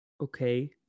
okay